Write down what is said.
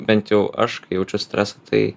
bent jau aš kai jaučiu stresą tai